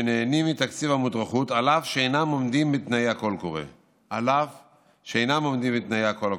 שנהנים מתקציב המודרכות אף שאינם עומדים בתנאי הקול הקורא.